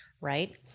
right